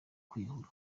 kwiyahura